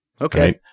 Okay